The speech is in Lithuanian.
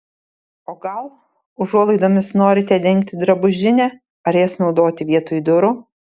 o gal užuolaidomis norite dengti drabužinę ar jas naudoti vietoj durų